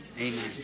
Amen